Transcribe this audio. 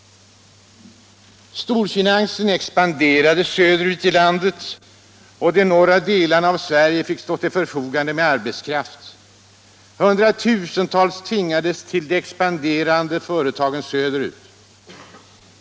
Storfinansen expanderade söderut i landet, och de norra delarna av Sverige fick stå till förfogande med arbetskraft. Hundratusentals människor tvingades till de expanderande företagen söderut.